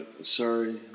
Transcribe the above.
Sorry